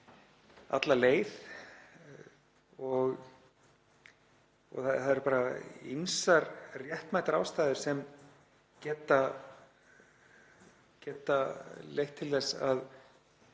alla leið og það eru bara ýmsar réttmætar ástæður sem geta leitt til þess að